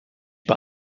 bei